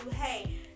hey